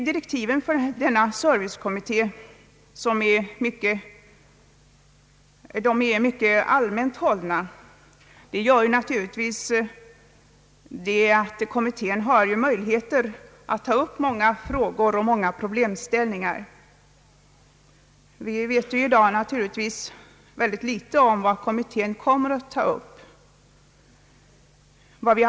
Direktiven för denna servicekommitté är mycket allmänt hållna, vilket naturligtvis innebär att kommittén har möjlighet att ta upp många frågor och många problemställningar. Vi vet ju i dag naturligtvis mycket litet om vad kommittén kommer att ta upp.